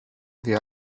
the